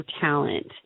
talent